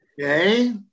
Okay